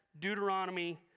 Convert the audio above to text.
Deuteronomy